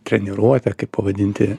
treniruotę kaip pavadinti